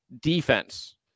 defense